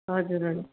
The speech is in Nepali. हजुर हजुर